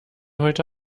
heute